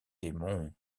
démon